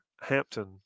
Hampton